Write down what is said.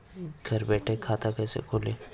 घर बैठे खाता कैसे खोलें?